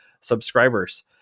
subscribers